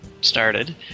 started